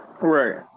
Right